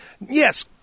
Yes